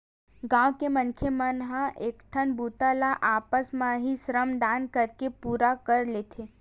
गाँव के मनखे मन ह कइठन बूता ल आपस म ही श्रम दान करके पूरा कर लेथे